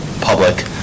public